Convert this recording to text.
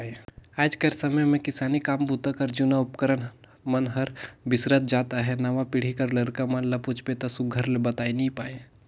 आएज कर समे मे किसानी काम बूता कर जूना उपकरन मन हर बिसरत जात अहे नावा पीढ़ी कर लरिका मन ल पूछबे ता सुग्घर ले बताए नी पाए